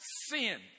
sin